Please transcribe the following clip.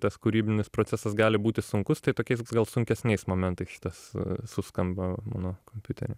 tas kūrybinis procesas gali būti sunkus tai tokiais gal sunkesniais momentais šitas suskamba mano kompiutery